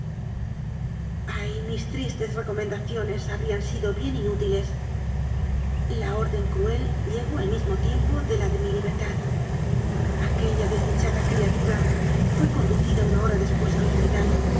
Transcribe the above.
mis tristes recomendaciones habrían sido bien inúti les la orden cruel llegó al tiempo mismo de la de mi libertad aquella desdichada criatura fué con ducida una hora después al hospital